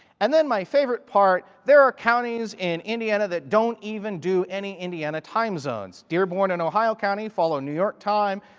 and then my favorite part, there are counties in indiana that don't even do any indiana time zones. dearborn and ohio county, new york time,